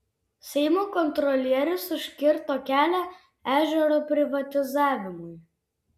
seimo kontrolierius užkirto kelią ežero privatizavimui